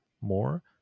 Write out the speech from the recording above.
more